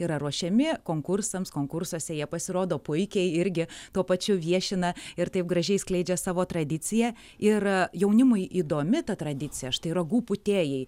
yra ruošiami konkursams konkursuose jie pasirodo puikiai irgi tuo pačiu viešina ir taip gražiai skleidžia savo tradiciją ir jaunimui įdomi ta tradicija štai ragų pūtėjai